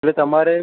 એટલે તમારે